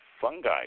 fungi